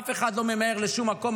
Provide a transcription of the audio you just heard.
אף אחד לא ממהר לשום מקום.